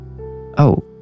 Oh